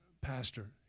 pastor